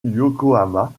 yokohama